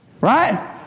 right